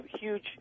huge